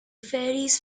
faeries